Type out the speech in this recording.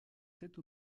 cette